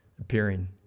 appearing